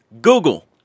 google